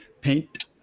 paint